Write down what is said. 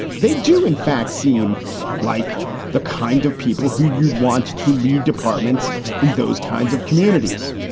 they do, in fact, seem like the kind of people who you'd want to lead departments in those kinds of communities.